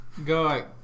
Go